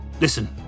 listen